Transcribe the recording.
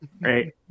right